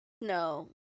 No